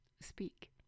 speak